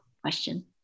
Question